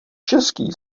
český